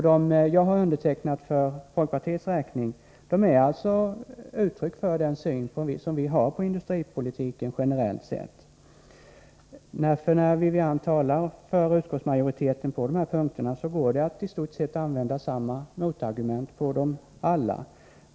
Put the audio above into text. De jag har undertecknat för folkpartiets räkning är uttryck för den syn som vi har på industripolitiken generellt sett. När Wivi-Anne Radesjö talar för utskottsmajoriteten på dessa punkter går det att i stort sett använda samma motargument mot dem alla.